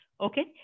okay